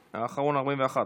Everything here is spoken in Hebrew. האחרון, 41,